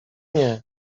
nie